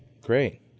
great